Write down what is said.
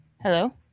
Hello